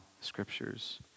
scriptures